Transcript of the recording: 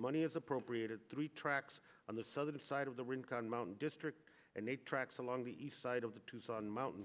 money as appropriated three tracks on the southern side of the rink on mountain district and the tracks along the east side of the tucson mountain